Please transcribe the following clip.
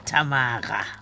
Tamara